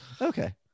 Okay